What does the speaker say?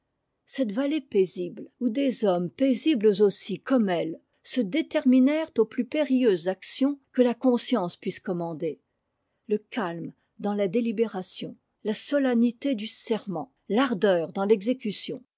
cette vallée paisible où des hommes paisibles aussi comme elle se déterminèrent aux plus périlleuses actions que la conscience puisse commander le calme dans la délibération la solennité du serment l'ardeur dans l'exécution